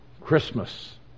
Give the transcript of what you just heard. Christmas